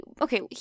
okay